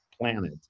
planet